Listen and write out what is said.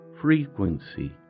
frequency